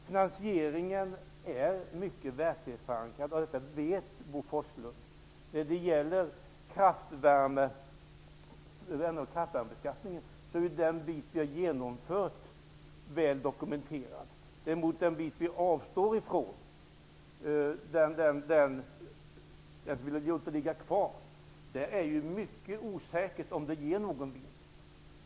Finansieringen är verklighetsförankrad. Det vet Bo Forslund. När det gäller kraftvärmebeskattningen är den del vi har genomfört väl dokumenterad. Däremot är det mycket osäkert om den del som vi låter vara ger någon vinst.